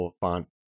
font